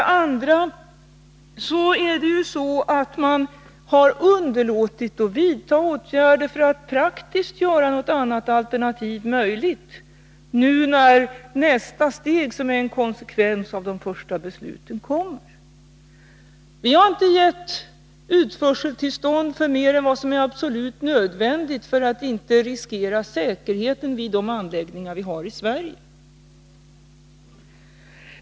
Man har dessutom underlåtit att vidta åtgärder för att praktiskt göra något annat alternativ möjligt när nu nästa steg kommer, som är en konsekvens av de första besluten. Vi har inte gett utförseltillstånd för mer än vad som är absolut nödvändigt för att inte riskera säkerheten vid de anläggningar vi har i Sverige.